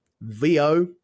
VO